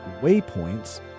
waypoints